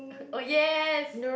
oh yes